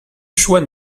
choix